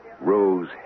Rose